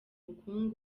bukungu